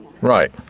Right